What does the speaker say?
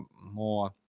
more